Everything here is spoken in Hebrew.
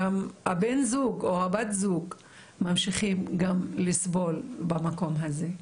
גם בן הזוג או בת הזוג ממשיכים גם לסבול במקום הזה.